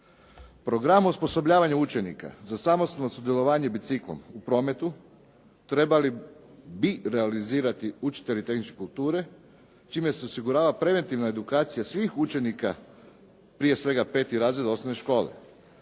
Program osposobljavanja učenika za samostalno sudjelovanje biciklom u prometu trebali bi realizirati učitelji tehničke kulture čime se osigurava preventivna edukacija svih učenika, prije svega petih razreda osnovne škole.